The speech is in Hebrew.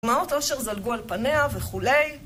דמעות אושר זלגו על פניה וכולי